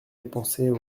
dépenser